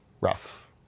rough